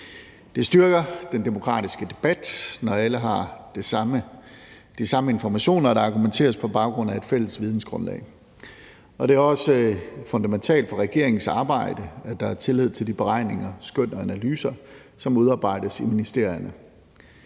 Det styrker den demokratiske debat, når alle har de samme informationer og der argumenteres på baggrund af et fælles vidensgrundlag. Det er også fundamentalt for regeringens arbejde, at der er tillid til de beregninger, skøn og analyser, som udarbejdes i ministerierne.